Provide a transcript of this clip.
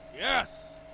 Yes